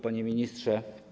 Panie Ministrze!